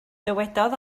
dywedodd